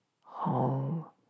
whole